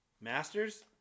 Masters